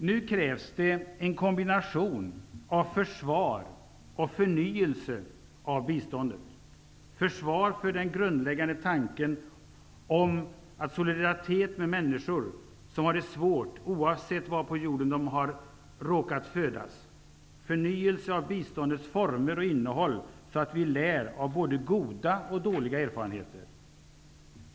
Nu krävs en kombination av försvar och förnyelse när det gäller biståndet: ett försvar för den grundläggande tanken om solidaritet med människor som har det svårt, oavsett var på jorden de har råkat födas; en förnyelse av biståndets former och innehåll så att vi lär av såväl goda som dåliga erfarenheter.